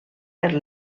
per